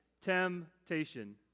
temptation